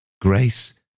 Grace